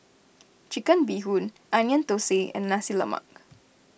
Chicken Bee Hoon Onion Thosai and Nasi Lemak